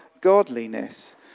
godliness